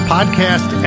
Podcast